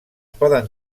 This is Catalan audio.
poden